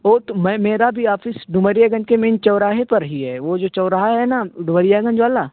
وہ تو میں میرا بھی آپھس ڈومریا گنج کے مین چوراہے پر ہی ہے وہ جو چوراہا ہے نا ڈومریا گنج والا